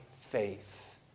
faith